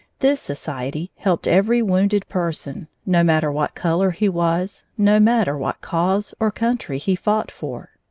this society helped every wounded person, no matter what color he was, no matter what cause or country he fought for.